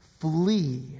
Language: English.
flee